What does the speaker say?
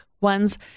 ones